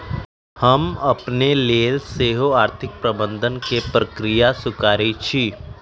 हम अपने लेल सेहो आर्थिक प्रबंधन के प्रक्रिया स्वीकारइ छी